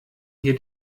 hier